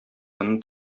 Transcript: моны